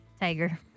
Tiger